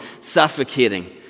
suffocating